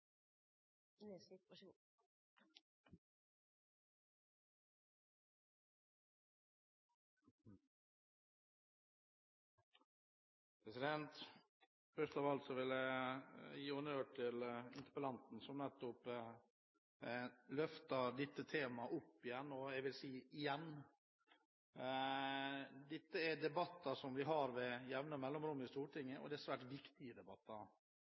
av alt vil jeg gi honnør til interpellanten, som løfter dette temaet opp – og jeg vil si: igjen. Dette er debatter som vi har med jevne mellomrom i Stortinget, og det er svært viktige